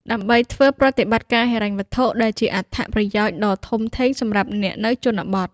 ដើម្បីធ្វើប្រតិបត្តិការហិរញ្ញវត្ថុ ដែលជាអត្ថប្រយោជន៍ដ៏ធំធេងសម្រាប់អ្នកនៅជនបទ។